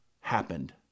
happened